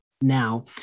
now